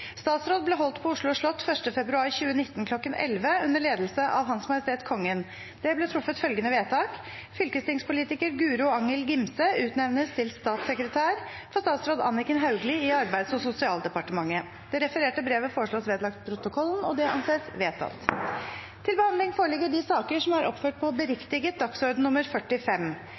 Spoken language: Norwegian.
Statsråd ble holdt på Oslo slott 1. februar 2019 kl. 1100 under ledelse av Hans Majestet Kongen. Det ble truffet følgende vedtak: Fylkestingspolitiker Guro Angell Gimse utnevnes til statssekretær for statsråd Anniken Hauglie i Arbeids- og sosialdepartementet.» Det refererte brevet foreslås vedlagt protokollen. – Det anses vedtatt. Før sakene på dagens kart tas opp til behandling,